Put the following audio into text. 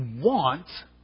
want